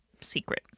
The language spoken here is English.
secret